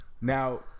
Now